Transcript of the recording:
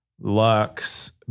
Lux